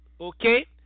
okay